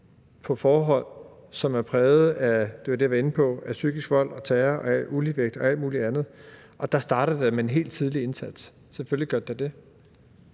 på forhold, som er præget af – det var det, jeg var inde på – psykisk vold og terror og af uligevægt og alt mulig andet. Derfor starter det med en helt tidlig indsats, selvfølgelig gør det da